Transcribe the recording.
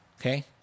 Okay